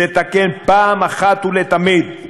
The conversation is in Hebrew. לתקן אחת ולתמיד.